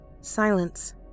Silence